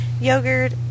yogurt